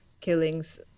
killings